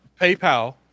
PayPal